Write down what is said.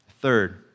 Third